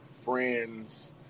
friends